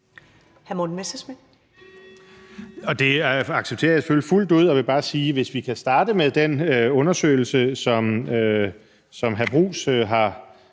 Det accepterer jeg selvfølgelig fuldt ud og vil bare sige, at hvis vi kan starte med den undersøgelse, som hr. Jeppe